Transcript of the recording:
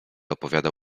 opowiadał